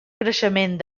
creixement